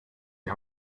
die